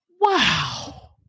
Wow